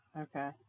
Okay